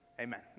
amen